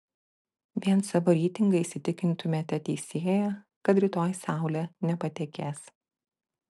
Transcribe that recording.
vien savo reitingais įtikintumėte teisėją kad rytoj saulė nepatekės